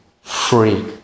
free